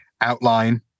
outline